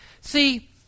See